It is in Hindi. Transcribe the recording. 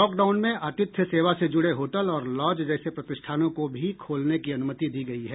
लॉकडाउन में आतिथ्य सेवा से ज़ुड़े होटल और लॉज जैसे प्रतिष्ठानों को भी खोलने की अनुमति दी गयी है